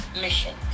Mission